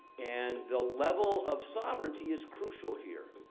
and the level of sovereignty is crucial here.